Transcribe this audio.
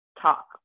talk